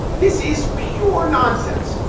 this is pure nonsense.